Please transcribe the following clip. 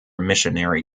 missionary